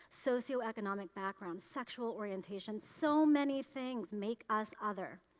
socioeconomic background, sexual orientation, so many things make us other.